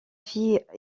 fille